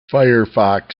firefox